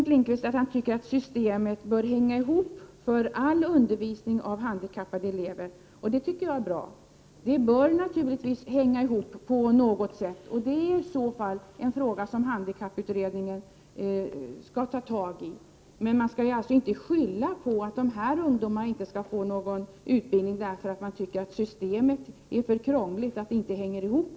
För all undervisning av handikappade elever tycker Bengt Lindqvist att det bör finnas ett system som hänger ihop. Det tycker jag är bra. Systemet bör naturligtvis hänga ihop på något sätt. Det är en fråga som handikapputredningen borde ta itu med. Men man får inte när det gäller de här ungdomarnas rätt till utbildning skylla på att gällande system är för krångligt och att det inte hänger ihop.